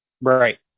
Right